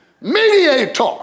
mediator